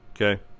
Okay